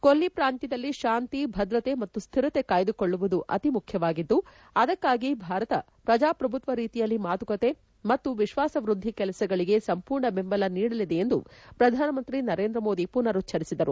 ಕೊಳ್ಲಿ ಪ್ರಾಂತ್ಯದಲ್ಲಿ ಶಾಂತಿ ಭದ್ರತೆ ಮತ್ತು ಸ್ಥಿರತೆ ಕಾಯ್ದಕೊಳ್ಳುವುದು ಅತಿ ಮುಖ್ಯವಾಗಿದ್ದು ಅದಕ್ಕಾಗಿ ಭಾರತ ಪ್ರಜಾಪ್ರಭುತ್ವ ರೀತಿಯಲ್ಲಿ ಮಾತುಕತೆ ಮತ್ತು ವಿಶ್ವಾಸವೃದ್ಧಿ ಕೆಲಸಗಳಿಗೆ ಸಂಪೂರ್ಣ ಬೆಂಬಲ ನೀಡಲಿದೆ ಎಂದು ಪ್ರಧಾನಮಂತ್ರಿ ನರೇಂದ್ರ ಮೋದಿ ಮನರುಚ್ಧರಿಸಿದರು